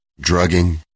drugging